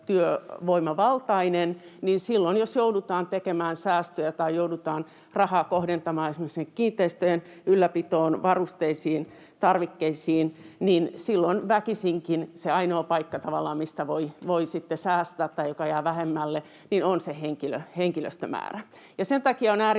henkilötyövoimavaltainen, niin silloin jos joudutaan tekemään säästöjä tai joudutaan rahaa kohdentamaan esimerkiksi sinne kiinteistöjen ylläpitoon, varusteisiin, tarvikkeisiin, niin väkisinkin tavallaan se ainoa paikka, mistä voi sitten säästää tai mikä jää vähemmälle, on se henkilöstömäärä. Sen takia on